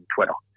Twitter